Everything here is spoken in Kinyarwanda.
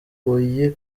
kandi